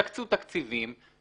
תקצו תקציבים,